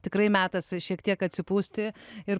tikrai metas šiek tiek atsipūsti ir